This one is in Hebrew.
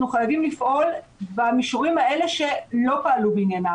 חייבים לפעול במישורים האלה שלא פעלו בעניינם,